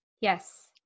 Yes